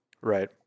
Right